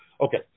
Okay